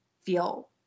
feel